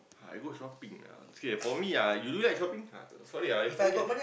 I go shopping uh see for me uh do you like shopping sorry ah I forget